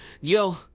Yo